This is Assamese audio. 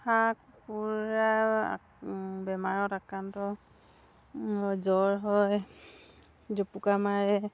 হাঁহ কুৰা বেমাৰত আক্ৰান্ত জ্বৰ হয় জুপুকা মাৰে